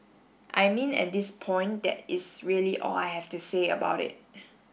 I mean at this point that is really all I have to say about it